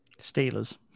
Steelers